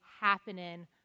happening